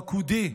פקודי,